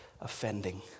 offending